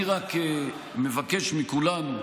אני רק מבקש מכולנו,